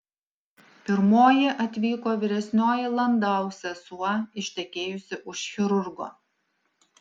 pirmoji atvyko vyresnioji landau sesuo ištekėjusi už chirurgo